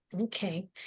Okay